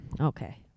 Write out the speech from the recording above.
Okay